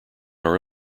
our